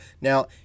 Now